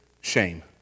shame